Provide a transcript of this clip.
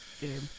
game